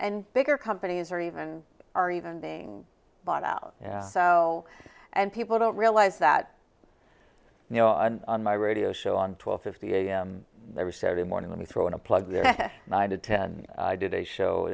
and bigger companies are even are even being bought out so and people don't realize that you know i'm on my radio show on twelve fifty am every saturday morning let me throw in a plug nine to ten i did a show